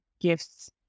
gifts